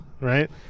right